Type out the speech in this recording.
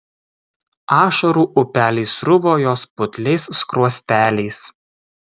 ašarų upeliai sruvo jos putliais skruosteliais